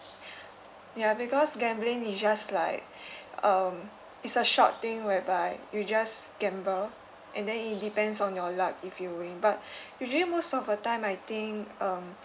ya because gambling it just like um it's a short thing whereby you just gamble and then it depends on your luck if you win but usually most of the time I think um